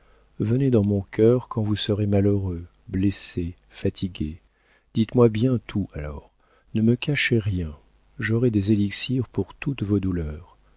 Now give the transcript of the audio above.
venez dans mon cœur quand vous serez malheureux blessé fatigué dites-moi bien tout alors ne me cachez rien j'aurai des élixirs pour toutes vos douleurs